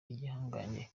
igihangange